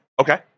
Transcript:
Okay